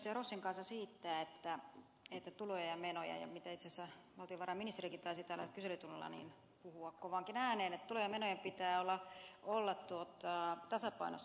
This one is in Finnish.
rossin kanssa siitä mistä itse asiassa valtiovarainministerikin taisi kyselytunnilla puhua kovaankin ääneen että tulojen ja menojen pitää olla tasapainossa